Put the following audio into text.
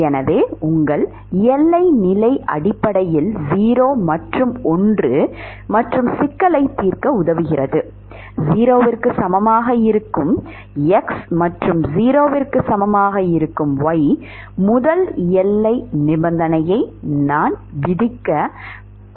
எனவே உங்கள் எல்லை நிலை அடிப்படையில் 0 மற்றும் ஒன்று மற்றும் சிக்கலைத் தீர்க்க உதவுகிறது 0 க்கு சமமாக இருக்கும் x மற்றும் 0 க்கு சமமாக இருக்கும் y முதல் எல்லை நிபந்தனையை நான் விதிக்கலாம்